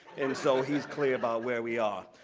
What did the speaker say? and so he's clear about where we are.